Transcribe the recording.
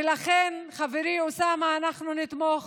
ולכן, חברי אוסאמה, אנחנו נתמוך